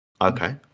Okay